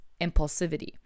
impulsivity